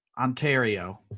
Ontario